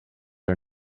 are